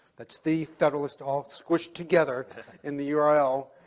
that's the federalist, all squished together in the yeah url,